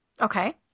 Okay